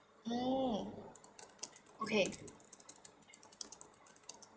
mm okay